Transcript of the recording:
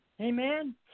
Amen